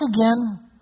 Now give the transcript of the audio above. again